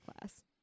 class